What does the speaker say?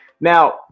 Now